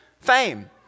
fame